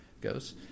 goes